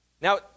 Now